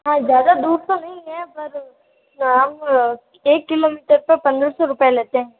हाँ ज़्यादा दूर तो नहीं है पर हम एक किलोमीटर पर पंद्रह सौ रुपए लेते हैं